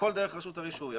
הכול דרך רשות הרישוי.